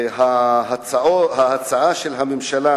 שההצעה של הממשלה,